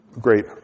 great